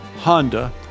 Honda